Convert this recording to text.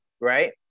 right